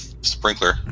sprinkler